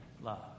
love